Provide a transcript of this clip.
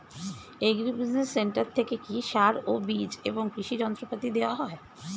Agri business centre থেকে কি সার ও বিজ এবং কৃষি যন্ত্র পাতি দেওয়া হয়?